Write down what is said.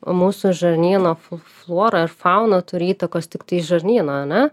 mūsų žarnyno flora ar fauna turi įtakos tiktai žarnynui ar ne